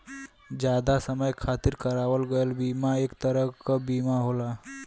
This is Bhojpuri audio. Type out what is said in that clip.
जादा समय खातिर करावल गयल बीमा एक तरह क बीमा होला